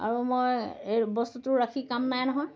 আৰু মই এই বস্তুটো ৰাখি কাম নাই নহয়